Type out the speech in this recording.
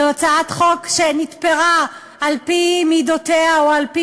זו הצעת חוק שנתפרה על-פי מידותיה או על-פי